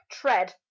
tread